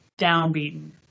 downbeaten